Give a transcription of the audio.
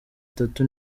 tatu